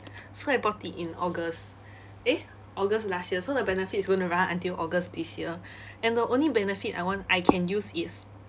so I bought it in august eh august last year so the benefits going to run until august this year and the only benefit I want I can use is